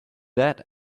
that